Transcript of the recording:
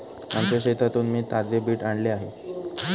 आमच्या शेतातून मी ताजे बीट आणले आहे